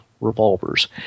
revolvers